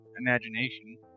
imagination